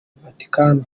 vatican